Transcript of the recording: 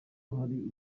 hari